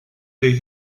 they